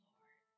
Lord